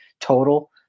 total